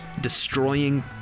destroying